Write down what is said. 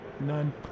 None